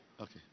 Okay